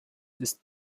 ist